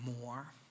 more